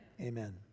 amen